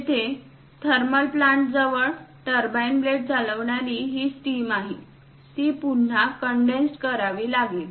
येथे thermal plant जवळ turbine blade चालविणारी ही स्टीम आहे ती पुन्हा कंडेन्स करावी लागेल